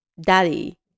daddy